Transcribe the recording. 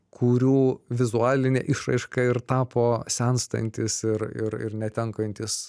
kurių vizualine išraiška ir tapo senstantis ir ir ir netenkantis